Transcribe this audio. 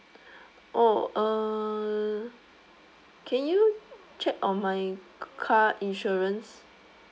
oh uh can you check on my c~ car insurance